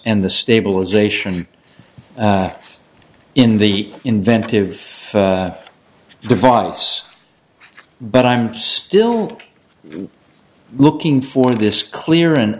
and the stabilization in the inventive device but i'm still looking for this clear and